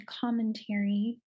commentary